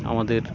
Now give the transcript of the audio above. আমাদের